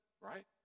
right